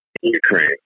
Ukraine